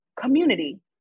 community